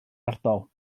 ardal